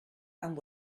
and